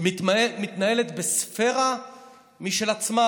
היא מתנהלת בספרה משל עצמה,